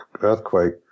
earthquake